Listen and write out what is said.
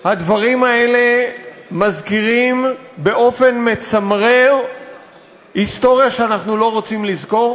הדברים האלה מזכירים באופן מצמרר היסטוריה שאנחנו לא רוצים לזכור?